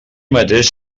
mateix